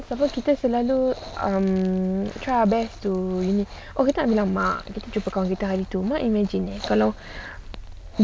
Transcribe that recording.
apa kita selalu um try our best too you oo kita nak beritahu mak kita jumpa kawan kita hari tu imagine eh kalau